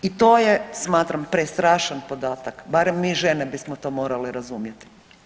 I to je smatram prestrašan podatak, barem mi žene bismo to morale razumjeti.